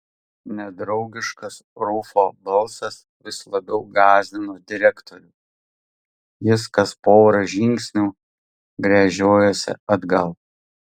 nedraugiškas rufo balsas vis labiau gąsdino direktorių jis kas pora žingsnių gręžiojosi atgal